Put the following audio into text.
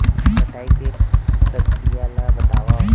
कटाई के प्रक्रिया ला बतावव?